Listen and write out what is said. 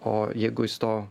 o jeigu jis to